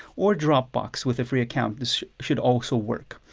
or dropbox with a free account. this should also work.